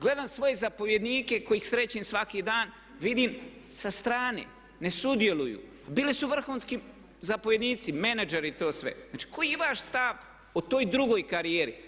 Gledam svoje zapovjednike kojih srećem svaki dan, vidim sa strane, ne sudjeluju, bili su vrhunski zapovjednici, menadžeri i to sve, znači koji je vaš stav o toj drugoj karijeri?